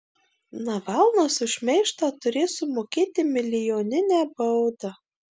navalnas už šmeižtą turės sumokėti milijoninę baudą